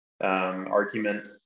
argument